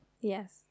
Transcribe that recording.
Yes